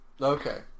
Okay